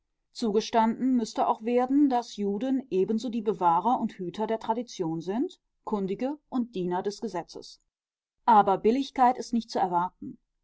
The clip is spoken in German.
zugestanden müßte auch werden daß juden ebenso die bewahrer und hüter der tradition sind kundige und diener des gesetzes aber billigkeit ist nicht zu erwarten